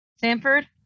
Sanford